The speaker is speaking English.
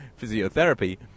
physiotherapy